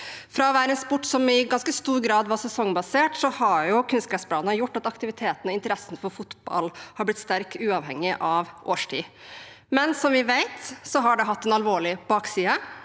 Fra å være en sport som i ganske stor grad var sesongbasert, har kunstgressbaner gjort at aktiviteten og interessen for fotball har blitt sterk uavhengig av årstid. Men det har, som vi vet, hatt en alvorlig bakside.